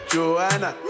Joanna